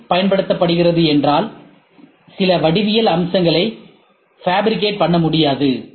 C பயன்படுத்தப்படுகிறதென்றால் சில வடிவியல் அம்சங்களை ஃபபிரிகேட் பண்ண முடியாது